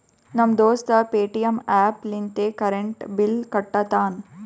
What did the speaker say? ನಮ್ ದೋಸ್ತ Paytm app ಲಿಂತೆ ಕರೆಂಟ್ ಬಿಲ್ ಕಟ್ಟತಾನ್